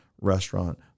restaurant